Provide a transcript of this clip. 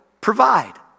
provide